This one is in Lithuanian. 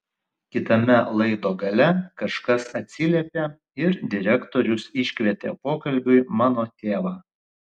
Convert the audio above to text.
kitame laido gale kažkas atsiliepė ir direktorius iškvietė pokalbiui mano tėvą